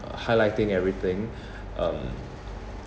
highlighting everything um